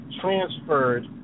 transferred